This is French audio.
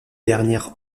dernières